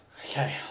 Okay